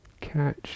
catch